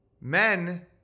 men